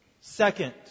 second